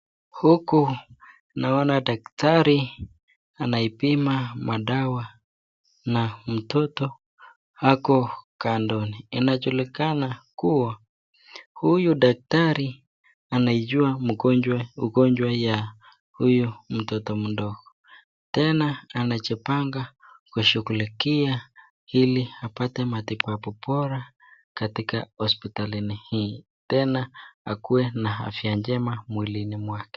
Huko naona daktari anaipima madawa na mtoto ako kandoni. Inajulikana kuwa huyu daktari anaijua ugonjwa ugonjwa ya huyu mtoto mdogo. Tena anajipanga kushughulikia ili apate matibabu bora katika hospitalini hii. Tena akuwe na afya njema mwilini mwake.